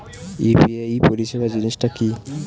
UPI পরিসেবা জিনিসটা কি?